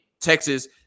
texas